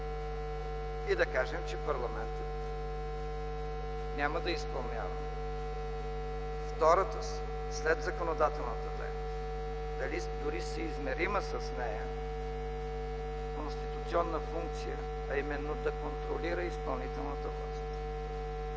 и да кажем, че парламентът няма да изпълнява втората си след законодателната дейност, дори съизмерима с нея конституционна функция, а именно да контролира изпълнителната власт.